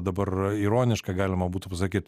dabar ironiška galima būtų pasakyt